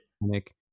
Nick